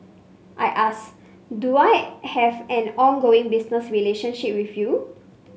I asked do I have an ongoing business relationship with you